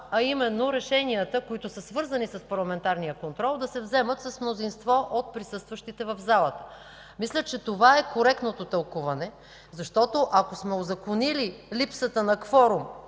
а именно решенията, свързани с парламентарния контрол, да се вземат с мнозинство от присъстващите в залата. Мисля, че това е коректното тълкуване, защото ако сме узаконили липсата на кворум